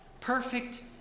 Perfect